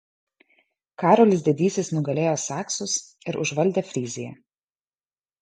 karolis didysis nugalėjo saksus ir užvaldė fryziją